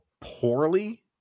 poorly